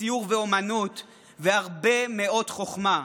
ציור ואמנות והרבה מאוד חוכמה,